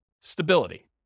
stability